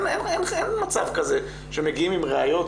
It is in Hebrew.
אין מצב כזה שמגיעים עם ראיות,